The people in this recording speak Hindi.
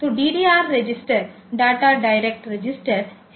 तो DDR register data direct register है